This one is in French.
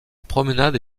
promenade